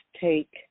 take